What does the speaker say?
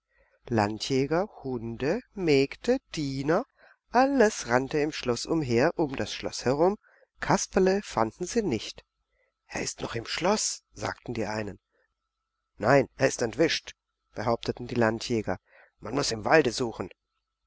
landjäger hunde mägde diener alles rannte im schloß umher um das schloß herum kasperle fanden sie nicht er ist noch im schloß sagten die einen nein er ist entwischt behaupteten die landjäger man muß im walde suchen